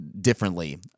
differently